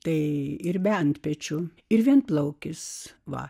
tai ir bent pečiu ir vienplaukis va